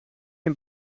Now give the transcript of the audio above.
een